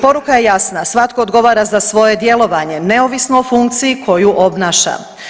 Poruka je jasna, svatko odgovara za svoje djelovanje neovisno o funkciji koju obnaša.